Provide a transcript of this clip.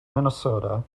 minnesota